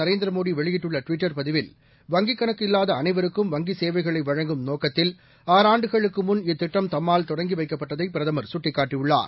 நரேந்திர மோடி வெளியிட்டுள்ள ட்விட்டர் பதிவில் வங்கிக் கணக்கு இல்லாத அனைவருக்கும் வங்கி சேவைகளை வழங்கும் நோக்கத்தில் ஆறாண்டுகளுக்கு முன் இத்திட்டம் தம்மால் தொடங்கி வைக்கப்பட்டதை பிரதமர் சுட்டிக்காட்டியுள்ளார்